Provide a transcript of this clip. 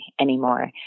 anymore